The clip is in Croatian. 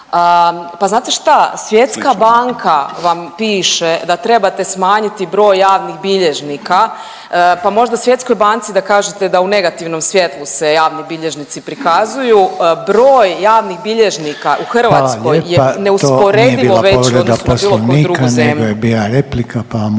Pa znate šta Svjetska banka vam piše da trebate smanjiti broj javnih bilježnika, pa možda Svjetskoj banci da kažete da u negativnom svjetlu se javni bilježnici prikazuju. Broj javnih bilježnika u Hrvatskoj je …/Upadica: Hvala lijepa./… neusporedivo veći u odnosu na bilo koju drugu zemlju.